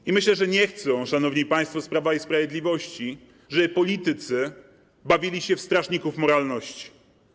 I myślę, że nie chcą, szanowni państwo z Prawa i Sprawiedliwości, żeby politycy bawili się w strażników moralności.